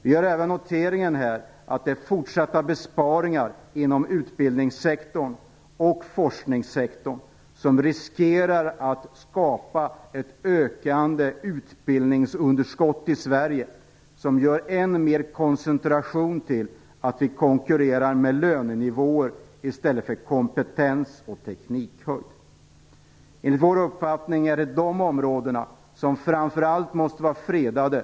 Vi gör här även noteringen att fortsatta besparingar inom utbildningssektorn och forskningssektorn riskerar att skapa ett ökande utbildningsunderskott i Sverige som än mer leder till att vi konkurrerar med lönenivåer i stället för kompetens och teknikhöjd. Enligt vår uppfattning är det de områdena som framför allt måste vara fredade.